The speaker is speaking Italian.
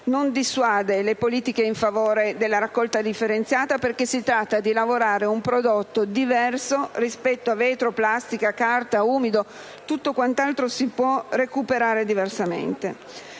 non dissuade le politiche in favore della raccolta differenziata perché si tratta di lavorare un prodotto diverso rispetto a vetro, plastica, carta, umido, tutto quant'altro si può recuperare diversamente.